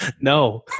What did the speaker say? No